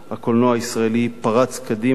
הקולנוע הישראלי פרץ קדימה,